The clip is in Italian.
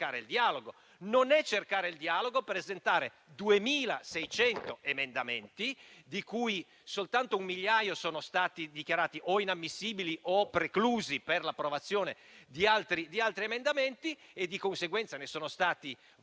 non è cercare il dialogo presentare 2.600 emendamenti, un migliaio dei quali sono stati dichiarati o inammissibili o preclusi per l'approvazione di altri emendamenti. Di conseguenza, ne sono stati esaminati